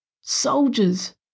soldiers